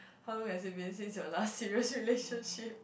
how long has it been since your last serious relationship